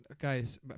guys